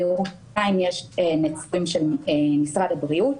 בירושלים יש נציגים של משרד הבריאות,